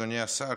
אדוני השר,